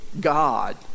God